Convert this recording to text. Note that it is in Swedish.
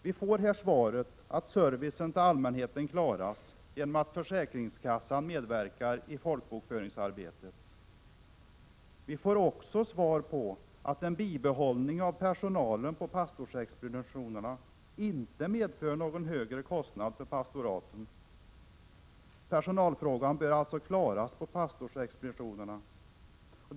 Vi får här svaret att man klarar av servicen till allmänheten genom att försäkringskassan medverkar i folkbokföringsarbetet. Vi får också besked om att ett bibehållande av personalen på pastorsexpeditionerna inte medför någon högre kostnad för pastoraten. Personalfrågan bör man alltså kunna klara av på pastorsexpeditionerna.